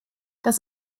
das